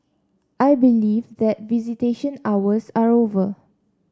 I believe that visitation hours are over